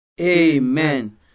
Amen